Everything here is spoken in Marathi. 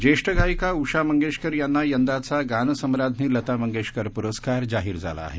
जेष्ठ गायिका उषा मंगेशकर यांना यंदाचा गानसम्राज्ञी लता मंगेशकर पुरस्कार जाहीर झाला आहे